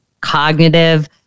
cognitive